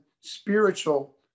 spiritual